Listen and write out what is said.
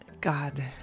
God